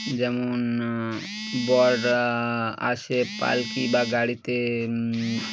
যেমন বররা আসে পালকি বা গাড়িতে